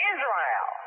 Israel